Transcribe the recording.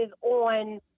on